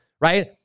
right